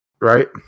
right